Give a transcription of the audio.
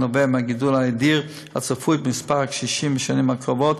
הנובע מהגידול האדיר הצפוי במספר הקשישים בשנים הקרובות,